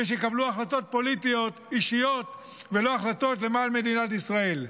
ושיקבלו החלטות פוליטיות אישיות ולא החלטות למען מדינת ישראל.